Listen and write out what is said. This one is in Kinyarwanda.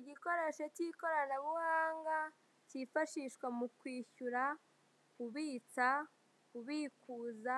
Igikoresho k'ikoranabuhanga, kifashishwa mu kwishyura, kubitsa, kubikuza,